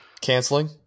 Canceling